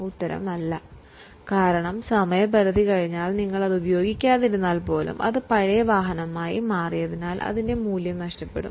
ഉത്തരം ഇല്ല കാരണം കാലക്രമേണ നിങ്ങൾ അത് ഉപയോഗിക്കാതിരുന്നാൽ പോലും അത് പഴയ വാഹനമായി മാറിയതിനാൽ അതിന്റെ മൂല്യം നഷ്ടപ്പെടും